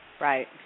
Right